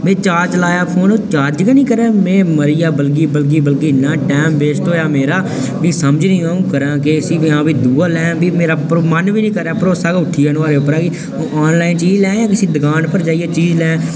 भाई चार्ज लाया फोन ओह् चार्ज गै निं करै में मरी आ बलगी बलगी इ'न्ना टैम वेस्ट होएआ मेरा मीं समझ निं आवै अ'ऊं करां केह् इसी देआं दूआ लैं भरोसा गै उट्ठी गेआ नुआढ़ै उप्परा के ऑनलाइन चीज लैं जां कुसै दकान उप्पर जाइयै चीज लैं